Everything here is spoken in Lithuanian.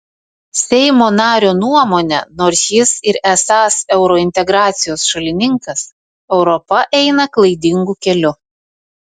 seimo nario nuomone nors jis ir esąs eurointegracijos šalininkas europa eina klaidingu keliu